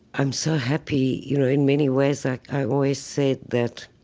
i'm so happy, you know, in many ways, like, i always say that